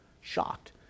shocked